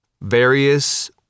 various